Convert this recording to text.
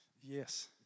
Yes